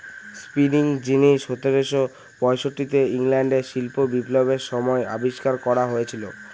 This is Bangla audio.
স্পিনিং জিনি সতেরোশো পয়ষট্টিতে ইংল্যান্ডে শিল্প বিপ্লবের সময় আবিষ্কার করা হয়েছিল